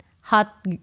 hot